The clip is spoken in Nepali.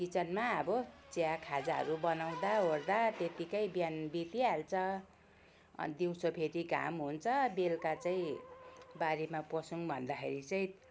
किचनमा अब चिया खाजाहरू बनाउँदा ओर्दा त्यतिकै बिहान बितिहाल्छ अनि दिउँसो फेरि घाम हुन्छ बेलुका चाहिँ बारीमा पसौँ भन्दाखेरि चाहिँ